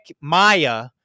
Maya